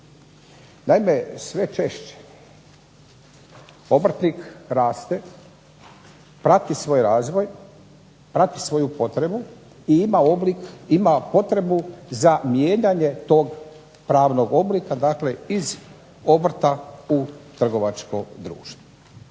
Naime sve češće obrtnik raste, prati svoj razvoj, prati svoju potrebu i ima oblik, ima potrebu za mijenjanje tog pravnog oblika, dakle iz obrta u trgovačko društvo.